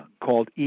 called